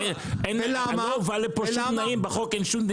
לא הובא לפה שום תנאים, בחוק אין שום.